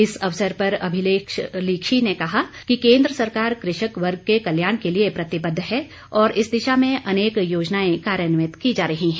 इस अवसर पर अभिलक्ष लीखी ने कहा कि केन्द्र सरकार कृषक वर्ग के कल्याण के लिए प्रतिबद्ध है और इस दिशा में अनेक योजनाएं कार्यन्वित की जा रही है